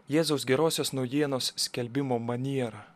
jėzaus gerosios naujienos skelbimo manierą